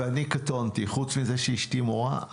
ואני קטונתי חוץ מזה שאשתי מורה,